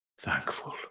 thankful